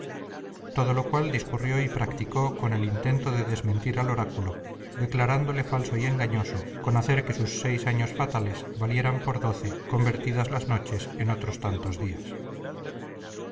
todo lo cual discurrió y practicó con el intento de desmentir al oráculo declarándole falso y engañoso con hacer que sus seis años fatales valieran por doce convertidas las noches en otros tantos días